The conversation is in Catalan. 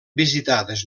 visitades